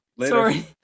Sorry